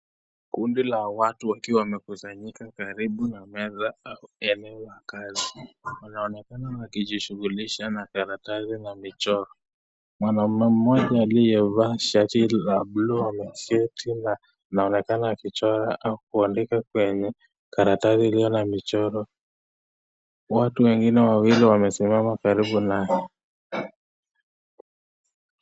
Kundi la watu wakiwa wamekusanyika karibu na meza ama eneo La kazi. Wanaonekana wakijishugulisha na karatisi na mchoro . Mwanaumemmoja aliyevaa shatila buluuanaonekana akichora ama akiandika kwenye karatasi iliyo na mchoro. Watu wengine wamesimama karibu na yeye.